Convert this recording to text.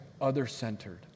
other-centered